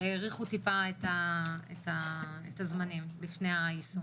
האריכו טיפה את הזמנים לפני היישום.